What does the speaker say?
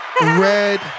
Red